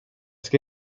ska